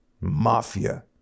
mafia